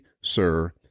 sir